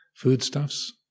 foodstuffs